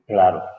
Claro